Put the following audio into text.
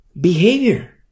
Behavior